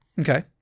Okay